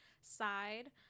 side